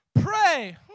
Pray